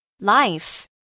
Life